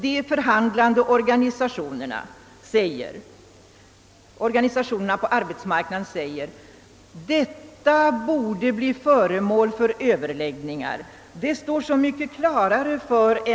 De förhandlande organisationerna på arbetsmarknaden anser att förslaget borde bli föremål för överläggningar.